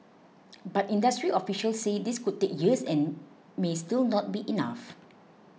but industry officials say this could take years and may still not be enough